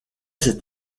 cet